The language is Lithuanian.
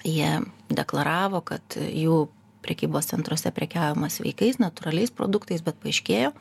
jie deklaravo kad jų prekybos centruose prekiaujama sveikais natūraliais produktais bet paaiškėjo